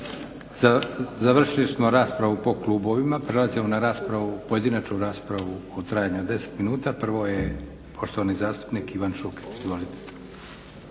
Završili smo na raspravu po klubovima prelazimo na pojedinačnu raspravu u trajanju od 10 minuta. Prvo je poštovani zastupnik Ivan Šuker.